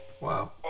Wow